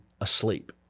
asleep